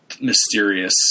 mysterious